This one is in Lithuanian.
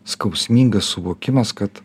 skausmingas suvokimas kad